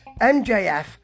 MJF